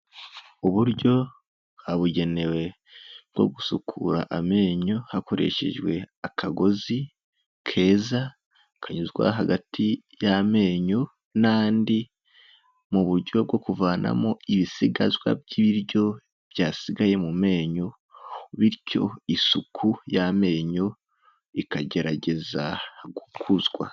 Uburyo habugenewe bwo gusukura amenyo, hakoreshejwe akagozi keza kanyuzwa hagati y'amenyo n'andi, mu buryo bwo kuvanamo ibisigazwa by'ibiryo byasigaye mu menyo, bityo isuku y'amenyo ikagerageza gukuzwa.